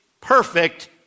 perfect